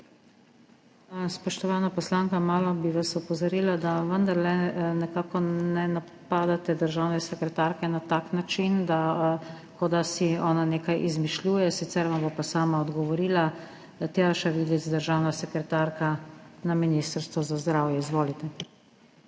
Spoštovana poslanka, malo bi vas opozorila, da vendarle ne napadate državne sekretarke na tak način, kot da si ona nekaj izmišljuje, sicer vam bo pa sama odgovorila. Tjaša Vidic, državna sekretarka na Ministrstvu za zdravje. Izvolite.